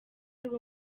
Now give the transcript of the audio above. rwo